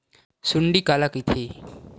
सुंडी काला कइथे?